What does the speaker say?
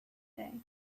day